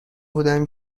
بودم